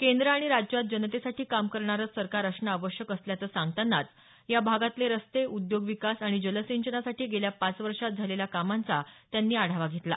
केंद्र आणि राज्यात जनतेसाठी काम करणारं सरकार असणं आवश्यक असल्याचं सांगतानाच या भागातले रस्ते उद्योग विकास आणि जलसिंचनासाठी गेल्या पाच वर्षांत झालेल्या कामांचा त्यांना आढावा घेतला